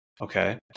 okay